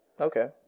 Okay